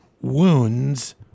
wounds